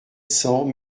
cents